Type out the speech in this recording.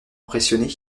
impressionné